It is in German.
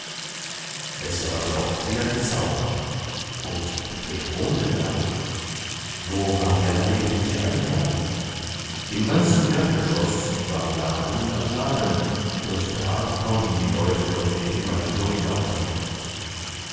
es war doch wie ein zauber und wer wohnte da wo war der eigentliche eingang im ganzen erdgeschoß war laden an laden und da konnten die leute doch nicht immer hindurchlaufen